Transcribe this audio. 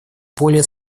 более